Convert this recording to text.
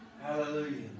Hallelujah